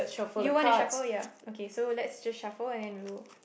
you wanna shuffle ya okay so let's just shuffle an then we will